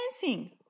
dancing